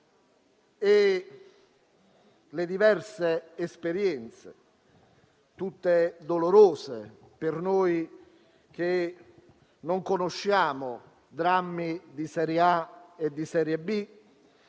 e le diverse esperienze - tutte dolorose per noi che non conosciamo drammi di serie A e di serie B